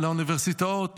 לאוניברסיטאות,